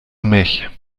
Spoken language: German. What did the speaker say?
mich